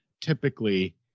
Typically